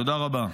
תודה רבה.